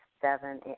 seven